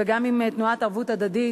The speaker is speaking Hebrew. וגם עם תנועת "ערבות הדדית",